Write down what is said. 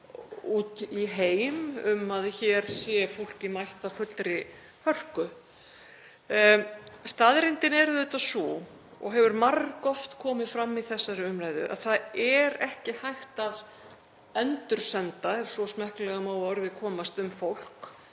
út í heim um að hér sé fólki mætt af fullri hörku. Staðreyndin er auðvitað sú og hefur margoft komið fram í þessari umræðu að það er ekki hægt að endursenda, ef svo smekklega má að orði komast um fólk,